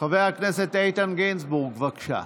חבר הכנסת איתן גינזבורג, בבקשה.